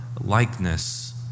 likeness